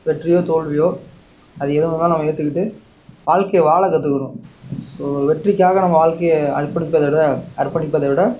வெற்றியோ தோல்வியோ அது எது வந்தாலும் நம்ம ஏற்றுக்கிட்டு வாழ்க்கையை வாழ கற்றுக்கணும் ஸோ வெற்றிக்காக நம்ம வாழ்க்கையை அர்ப்பணிப்பதை விட அர்ப்பணிப்பதை விட